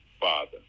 Father